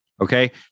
Okay